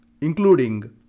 including